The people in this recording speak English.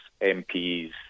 MPs